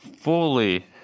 fully